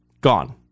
Gone